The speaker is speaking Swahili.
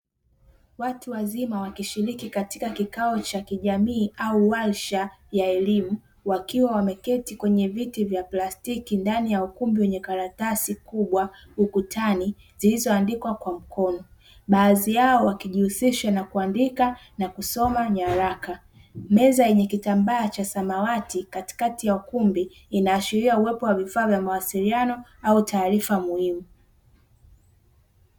Watu wazima wakishiriki katika kikao cha kijamii au warsha ya elimu wakiwa wameketi kwenye viti vya plastiki ndani ya ukumbi wenye karatasi kubwa ukutani zilizoandikwa kwa mkono baadhi yao wakijihusisha na kuandika na kusoma nyaraka, meza yenye kitambaa cha samawati katikati ya ukumbi inaashiria uwepo wa vifaa vya mawasiliano au taarifa muhimu.